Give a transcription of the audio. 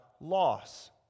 loss